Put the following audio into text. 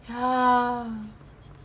!huh!